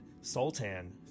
Sultan